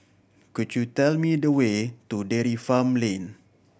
could you tell me the way to Dairy Farm Lane